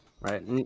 right